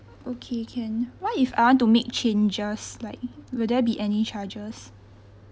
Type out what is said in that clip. okay can what if I want to make changes like will there be any charges